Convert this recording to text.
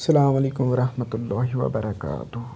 اَسلامُ علیکُم ورحمتہ اللہِ وبرکاتُو